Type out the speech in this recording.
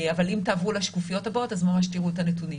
אם תעברו לשקופיות הבאות ממש תראו את הנתונים.